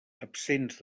absents